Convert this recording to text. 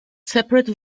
separate